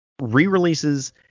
re-releases